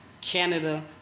Canada